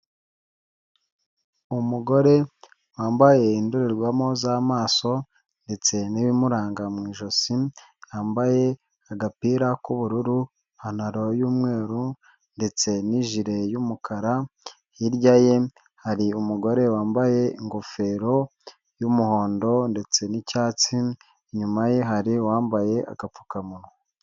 Umugore wambaye indorerwamo z'amaso ndetse n'ibimuranga mu ijosi yambaye agapira k'ubururu, ipantaro y'umweru, ndetse n'ijire y'umukara hirya ye hari umugore wambaye ingofero y'umuhondo ndetse n'icyatsi, inyuma ye hari uwambaye agapfukamunwa.